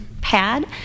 pad